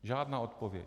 Žádná odpověď.